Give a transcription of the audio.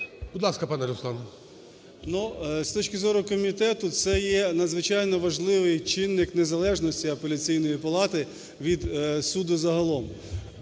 КНЯЗЕВИЧ Р.П. З точки зору комітету, це є надзвичайно важливий чинник незалежності Апеляційної палати від суду загалом,